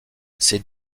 ces